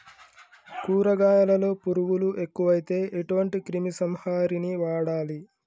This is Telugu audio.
కూరగాయలలో పురుగులు ఎక్కువైతే ఎటువంటి క్రిమి సంహారిణి వాడాలి?